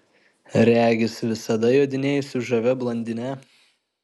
regis visada jodinėji su žavia blondine